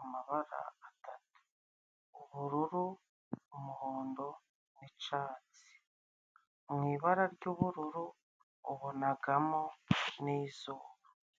amabara atatu, ubururu, umuhondo n'icatsi. Mu ibara ry"ubururu ubonagamo n'izuba.